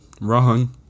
Wrong